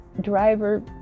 driver